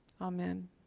Amen